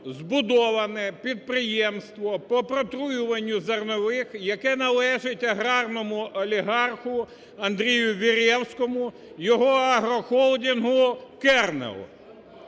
збудоване підприємство по протруюванню зернових, яке належить аграрному олігарху Андрію Веревському, його агрохолдингу "Кернел".